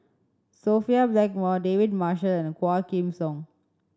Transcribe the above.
Sophia Blackmore David Marshall and Quah Kim Song